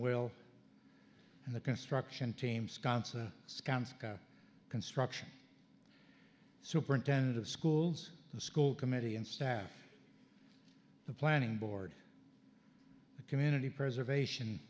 will and the construction teams concer sconce construction superintendent of schools the school committee and staff the planning board the community preservation